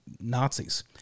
Nazis